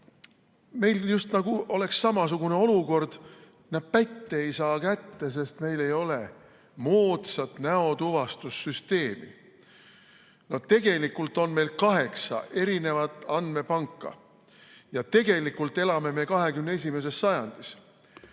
oleks just nagu samasugune olukord. Pätte ei saa kätte, sest meil ei ole moodsat näotuvastussüsteemi. No tegelikult on meil kaheksa erinevat andmepanka ja me elame 21. sajandis.